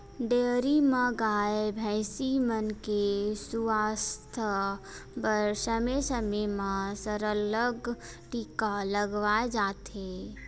dairy म गाय, भइसी मन के सुवास्थ बर समे समे म सरलग टीका लगवाए जाथे